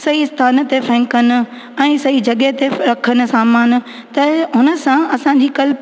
सही स्थान ते फेंकनि ऐं सही जॻहि ते रखनि सामान त हुन सां असां जी कल्ह